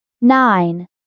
NINE